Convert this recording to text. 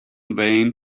vain